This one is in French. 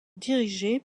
dirigé